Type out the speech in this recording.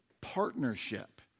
partnership